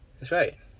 that's right